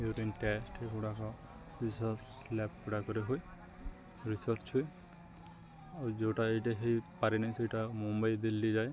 urine test ଏଗୁଡ଼ାକ research lab ଗୁଡ଼ାକରେ ହୁଏ ରିସର୍ଚ ହୁଏ ଆଉ ଯେଉଁଟା ଏଇଟା ହେଇ ପାରେନି ସେଇଟା ମୁମ୍ବାଇ ଦିଲ୍ଲୀ ଯାଏ